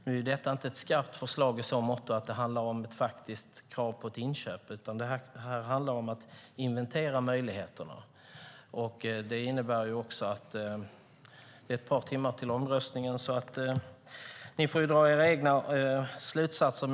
Nu är detta inte ett skarpt förslag i så måtto att det handlar om ett faktiskt krav på inköp, utan det handlar om att inventera möjligheterna. Det är ett par timmar kvar till omröstningen, och ni får dra era egna slutsatser.